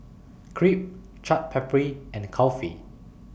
Crepe Chaat Papri and Kulfi